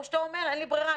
או שאתה אומר: אין לי ברירה,